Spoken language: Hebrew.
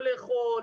לא לאוכל,